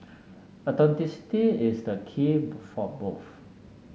authenticity is the key both